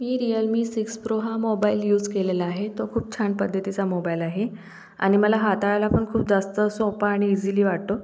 मी Realme six pro हा mobile use केलेला आहे तो खूप छान पद्धतीचा मोबाईल आहे आणि मला हाताळायला पण खूप जास्त सोपा आणि इजिली वाटतो